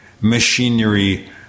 machinery